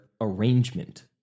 arrangement